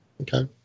Okay